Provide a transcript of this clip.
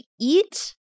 eat